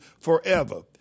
forever